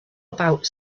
about